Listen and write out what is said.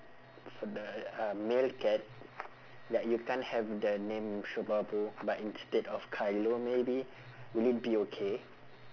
for the uh male cat ya you can't have the name shobabu but instead of kylo maybe will it be okay